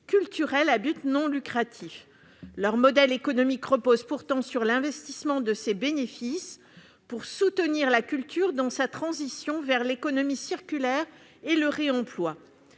culturelles à but non lucratif. Leur modèle économique repose pourtant sur l'investissement des bénéfices pour soutenir la culture dans sa transition vers l'économie circulaire et le réemploi.